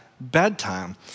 bedtime